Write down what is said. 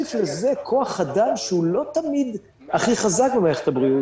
תוסיף לזה כוח אדם שהוא לא תמיד הכי חזק במערכת הבריאות,